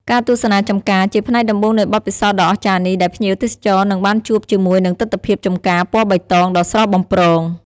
ការទស្សនាចម្ការ ជាផ្នែកដំបូងនៃបទពិសោធន៍ដ៏អស្ចារ្យនេះ ដែលភ្ញៀវទេសចរនឹងបានជួបជាមួយនឹងទិដ្ឋភាពចម្ការពណ៌បៃតងដ៏ស្រស់បំព្រង។